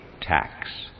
tax